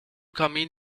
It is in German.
kamin